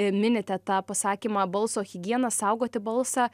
minite tą pasakymą balso higiena saugoti balsą